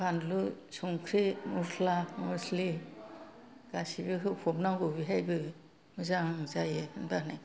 बानलु संख्रि मस्ला मस्लि गासिबो होफबनांगौ बेहायबो मोजां जायो होनबानो